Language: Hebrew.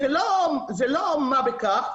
זה לא משהו שהוא מה בכך.